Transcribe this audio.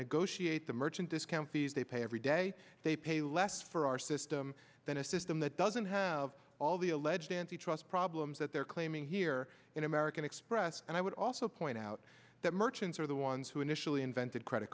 negotiate the merchant discount fees they pay every day they pay less for our system than a system that doesn't have all the alleged antitrust problems that they're claiming here in american express and i would also point out that merchants are the ones who initially invented credit